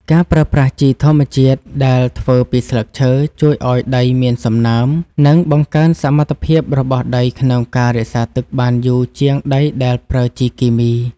ការប្រើប្រាស់ជីធម្មជាតិដែលធ្វើពីស្លឹកឈើជួយឱ្យដីមានសំណើម និងបង្កើនសមត្ថភាពរបស់ដីក្នុងការរក្សាទឹកបានយូរជាងដីដែលប្រើជីគីមី។